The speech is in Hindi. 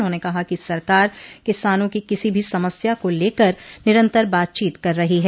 उन्होंने कहा कि सरकार किसानों की किसी भी समस्या को लेकर निरन्तर बातचीत कर रही है